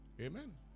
Amen